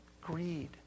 greed